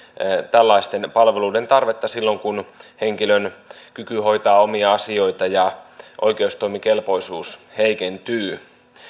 tällaisten palveluiden tarvetta silloin kun henkilön kyky hoitaa omia asioita ja oikeustoimikelpoisuus heikentyvät